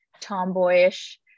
tomboyish